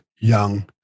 young